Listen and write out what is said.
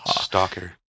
Stalker